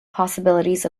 possibilities